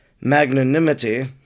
Magnanimity